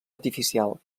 artificial